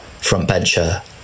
frontbencher